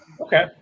Okay